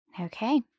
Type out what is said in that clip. Okay